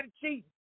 cheating